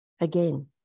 Again